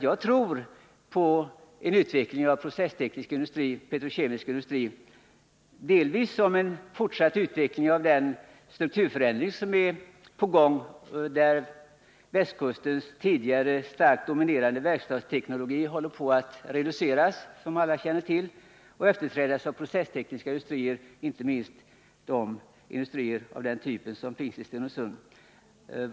Jag tror nämligen på en utveckling av den processtekniska industrin och den petrokemiska industrin — delvis som en fortsättning av den strukturförändring som är på gång, där västkustens tidigare starkt dominerande verkstadsteknologi håller på att reduceras, som alla känner till, och efterträdas av processtekniska industrier, inte minst av den typ som finns i Stenungsund.